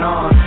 on